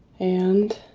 and